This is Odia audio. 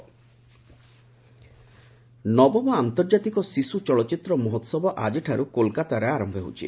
ଆଇସିଏଫ୍ଏଫ୍ ନବମ ଆନ୍ତର୍ଜାତିକ ଶିଶୁ ଚଳଚ୍ଚିତ୍ର ମହୋତ୍ସବ ଆଜିଠାରୁ କୋଲକାତାରେ ଆରମ୍ଭ ହେଉଛି